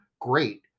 great